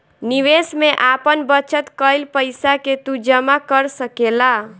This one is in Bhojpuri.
निवेश में आपन बचत कईल पईसा के तू जमा कर सकेला